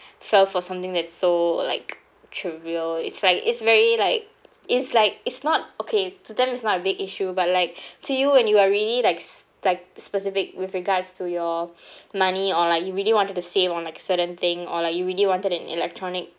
fell for something that so like surreal it's right it's very like it's like it's not okay to them is not a big issue but like to you when you are really like s~ like specific with regards to your money or like you really wanted to save on like certain thing or like you really wanted an electronic